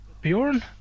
bjorn